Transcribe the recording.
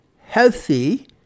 healthy